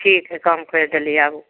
ठीक हइ कम करि देली आबू